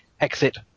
exit